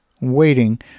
waiting